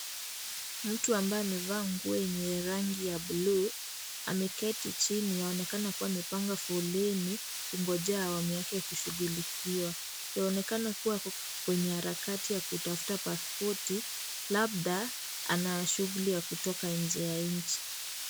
Mtu ambaye amevaa nguo yenye rangi ya buluu, ameketi chini yaonekana kuwa amepanga foleni kungojea awamu yake kushugulikiwa, yaonekana kuwa yuko kwenye harakati ya kutafuta paspoti, labda anashuguli ya kutoka nje ya inchi.